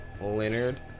Leonard